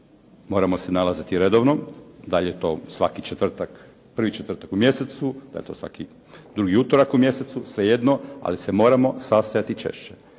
Moramo se nalaziti redovno, da li je to svaki četvrtak, prvi četvrtak u mjesecu, da je to svaki drugi utorak u mjesecu, svejedno, ali se moramo sastajati češće.